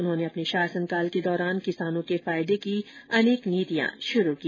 उन्होंने अपने शासनकाल के दौरान किसानों के फायदे की अनेक नीतियां शुरू की